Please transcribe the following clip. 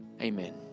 Amen